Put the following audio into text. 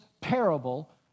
parable